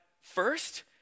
first